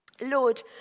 Lord